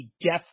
death